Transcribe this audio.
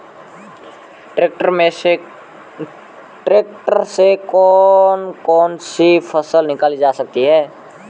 Tractor से कौन कौनसी फसल निकाली जा सकती हैं?